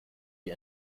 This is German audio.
die